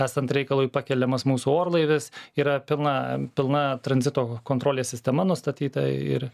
esant reikalui pakeliamas mūsų orlaivis yra pilna pilna tranzito kontrolės sistema nustatyta ir